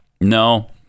No